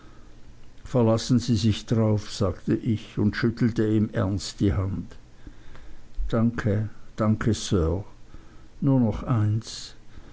verlassen sie sich darauf sagte ich und schüttelte ihm ernst die hand danke danke sir nur noch eins